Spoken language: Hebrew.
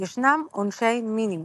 ישנם עונשי מינימום.